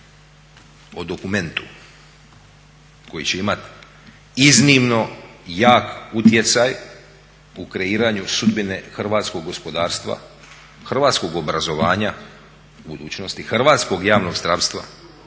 o dokumentu koji će imat iznimno jak utjecaj u kreiranju sudbine hrvatskog gospodarstva, hrvatskog obrazovanja, u budućnosti hrvatskog javnog zdravstva,